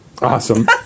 Awesome